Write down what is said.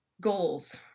goals